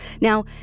Now